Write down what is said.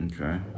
Okay